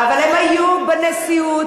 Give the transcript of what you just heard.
אבל הם היו בנשיאות.